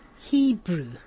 Hebrew